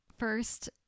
First